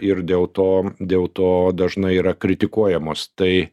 ir dėl to dėl to dažnai yra kritikuojamos tai